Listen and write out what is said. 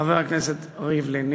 חבר הכנסת ריבלין.